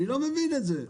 אני לא מבין את זה.